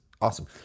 awesome